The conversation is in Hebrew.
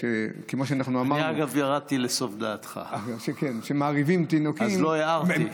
אגב, ירדתי לסוף דעתך, אז לא הערתי.